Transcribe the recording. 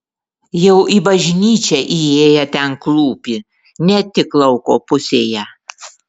jau į bažnyčią įėję ten klūpi ne tik lauko pusėje